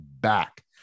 back